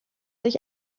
sich